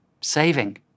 saving